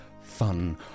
fun